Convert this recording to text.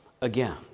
again